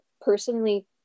personally